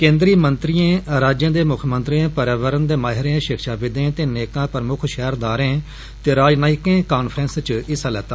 केन्द्री मंत्रिए राज्यें दे मुख मंत्रिए पर्यावरण दे माहिरें शिक्षा विदें ते नेकां प्रमुक्ख शहरदारें ते राजनयिकें कांफ्रेंस च हिस्सा लैता